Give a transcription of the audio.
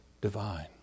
divine